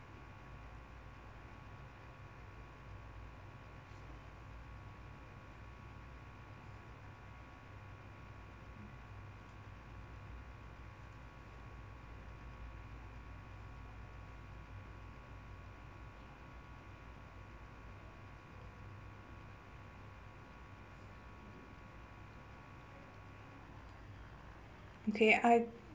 okay I